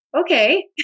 okay